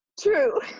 True